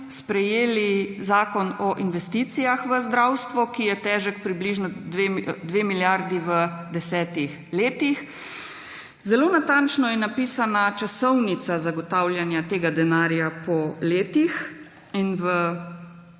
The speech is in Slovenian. sprejeli Zakon o investicijah v zdravstvo, ki je težek približno 2 milijardi v desetih letih. Zelo natančno je napisana časovnica zagotavljanja tega denarja po letih. V